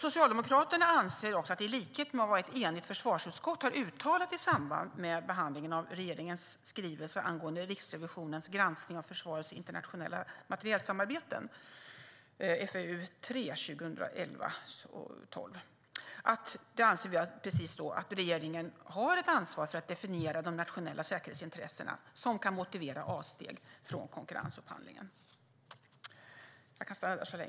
Socialdemokraterna anser, i likhet med vad ett enigt försvarsutskott har uttalat i samband med behandlingen av regeringens skrivelse angående Riksrevisionens granskning av försvarets internationella materielsamarbeten i betänkande 2011/12:FöU3, att regeringen har ett ansvar för att definiera de nationella säkerhetsintressen som kan motivera avsteg från konkurrensupphandlingen.